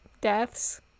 deaths